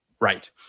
Right